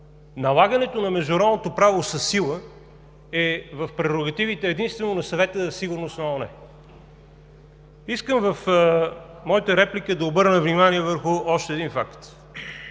Налагането на международното право със сила е в прерогативи единствено на Съвета за сигурност на ООН. Искам в моята реплика да обърна внимание на още един факт.